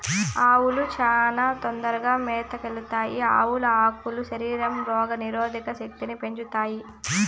ఆవాలు చానా తొందరగా మొలకెత్తుతాయి, ఆవాల ఆకులు శరీరంలో రోగ నిరోధక శక్తిని పెంచుతాయి